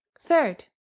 Third